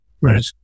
Right